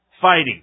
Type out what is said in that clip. fighting